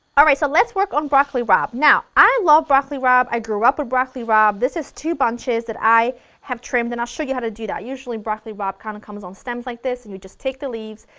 alright, so let's work on broccoli rabe. now, i love broccoli rabe, i grew up with ah broccoli rabe, this is two bunches that i have trimmed and i'll show you how to do that, usually broccoli rabe kind of comes on stems like this and you take the leaves,